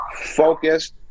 focused